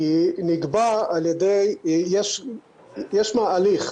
יש הליך,